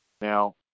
Now